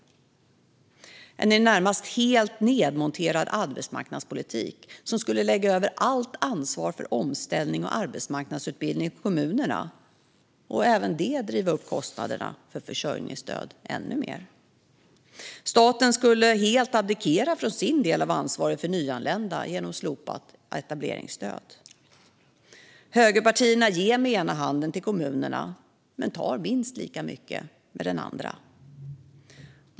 Vi skulle få en i det närmaste helt nedmonterad arbetsmarknadspolitik, som skulle lägga över allt ansvar för omställning och arbetsmarknadsutbildning på kommunerna, vilket skulle driva upp kostnaderna för försörjningsstöd ännu mer. Staten skulle helt abdikera från sin del av ansvaret för nyanlända genom slopat etableringsstöd. Högerpartierna ger till kommunerna med ena handen men tar minst lika mycket med den andra.